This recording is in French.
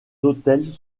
hôtels